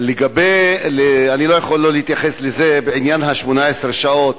אני לא יכול לא להתייחס לעניין 18 השעות.